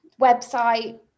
website